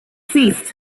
ceased